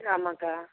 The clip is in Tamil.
ஆமாக்கா